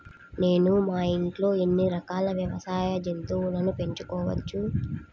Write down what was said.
నేను మా ఇంట్లో ఎన్ని రకాల వ్యవసాయ జంతువులను పెంచుకోవచ్చు?